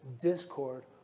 discord